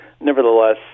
Nevertheless